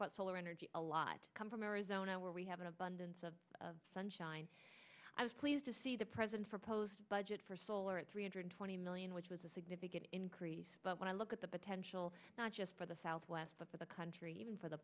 about solar energy a lot come from arizona where we have an abundance of sunshine i was pleased to see the president proposed budget for solar at three hundred twenty million which was a significant increase but when i look at the potential not just for the southwest but the country even for the